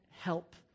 help